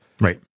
Right